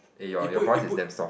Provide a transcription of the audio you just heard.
eh your your voice is damn soft